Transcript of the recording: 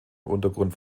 untergrund